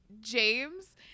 james